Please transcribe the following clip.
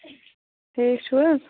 ٹھیٖک چھُوا